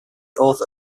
author